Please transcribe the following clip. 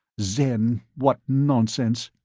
zen! what nonsense.